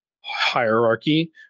hierarchy